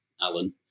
Alan